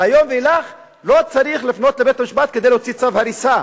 מהיום ואילך לא צריך לפנות לבית-המשפט כדי להוציא צו הריסה,